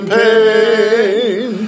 pain